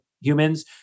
humans